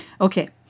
Okay